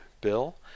bill